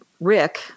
Rick